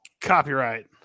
copyright